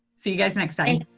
so you guys and excited.